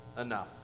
enough